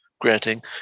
granting